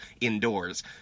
indoors